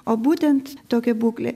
o būtent tokia būklė